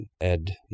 Ed